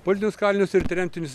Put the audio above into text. politinius kalinius ir tremtinius